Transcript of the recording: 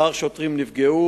כמה שוטרים נפגעו,